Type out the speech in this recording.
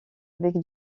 avec